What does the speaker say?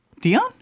Dion